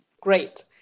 Great